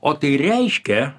o tai reiškia